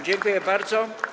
Dziękuję bardzo.